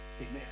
Amen